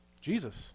Jesus